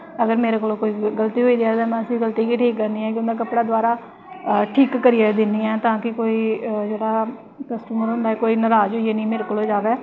अगर मेरे कोला दा कोई गल्त होई दी ते में उस गल्ती गी ठीक करनी आं में कपड़ा ठीक करियै दिन्नी आं ताकि कोई कस्टमर होंदा नराज होइयै निं कोई जाए